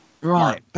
Right